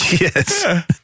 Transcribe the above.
Yes